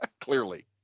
Clearly